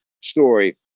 story